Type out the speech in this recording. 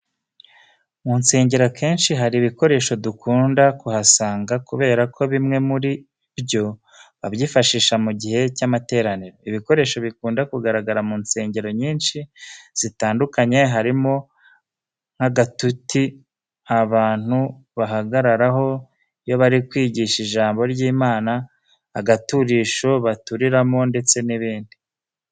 Mu nsengero akenshi hari ibikoresho dukunda kuhasanga kubera ko bimwe muri byo babyifashisha mu gihe cy'amateraniro. Ibikoresho bikunda kugaragara mu nsengero nyinshi zitandukanye harimo nk'agatuti abantu bahagararaho iyo bari kwigisha ijambo ry'Imana, agaturisho baturiramo ndetse n'ibindi.